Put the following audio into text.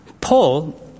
Paul